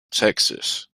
texas